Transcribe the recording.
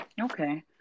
Okay